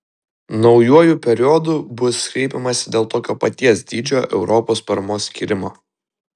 naujuoju periodu bus kreipiamasi dėl tokio paties dydžio europos paramos skyrimo